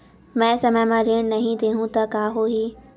मैं समय म ऋण नहीं देहु त का होही